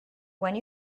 when